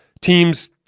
Teams